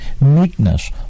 meekness